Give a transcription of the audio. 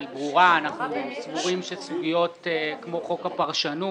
היא ברורה אנחנו סבורים שבסוגיות כמו חוק הפרשנות